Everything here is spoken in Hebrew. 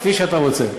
כפי שאתה רוצה,